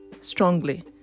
strongly